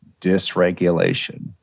dysregulation